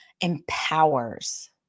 empowers